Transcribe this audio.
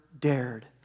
dared